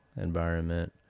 environment